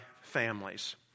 families